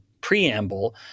preamble